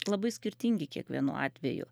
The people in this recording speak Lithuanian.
labai skirtingi kiekvienu atveju